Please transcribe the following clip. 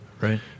right